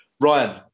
Ryan